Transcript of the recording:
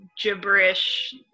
gibberish